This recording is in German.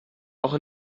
auch